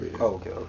okay